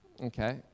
Okay